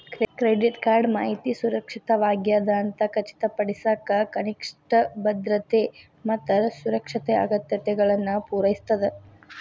credit card ಮಾಹಿತಿ ಸುರಕ್ಷಿತವಾಗ್ಯದ ಅಂತ ಖಚಿತಪಡಿಸಕ ಕನಿಷ್ಠ ಭದ್ರತೆ ಮತ್ತ ಸುರಕ್ಷತೆ ಅಗತ್ಯತೆಗಳನ್ನ ಪೂರೈಸ್ತದ